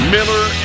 Miller